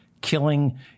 killing